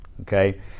okay